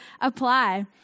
apply